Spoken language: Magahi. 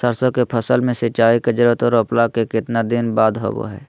सरसों के फसल में सिंचाई के जरूरत रोपला के कितना दिन बाद होबो हय?